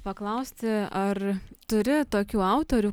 paklausti ar turi tokių autorių